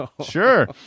Sure